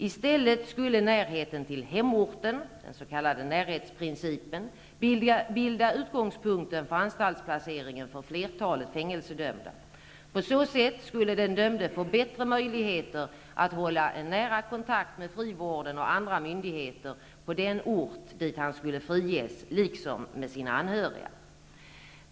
I stället skulle närheten till hemorten -- den s.k. närhetsprincipen -- bilda utgångspunkten för anstaltsplaceringen för flertalet fängelsedömda. På så sätt skulle den dömde få bättre möjligheter att hålla en nära kontakt med frivården och andra myndigheter på den ort dit han skulle friges, liksom med sina anhöriga.